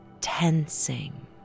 tensing